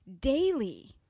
daily